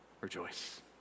rejoice